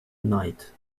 knight